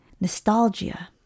nostalgia